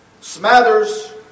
Smathers